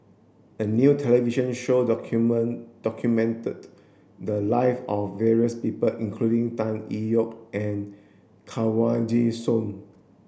a new television show document documented the lives of various people including Tan Tee Yoke and Kanwaljit Soin